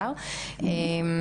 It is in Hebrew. וחמורה.